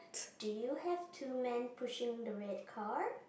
do you have two man pushing the red cart